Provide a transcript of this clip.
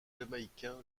jamaïcain